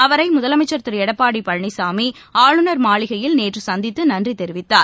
அவரைமுதலமைச்சர் திருஎடப்பாடிபழனிசாமிஆளுநர் மாளிகையில் நேரில் சந்தித்துநன்றிதெரிவித்தார்